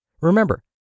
Remember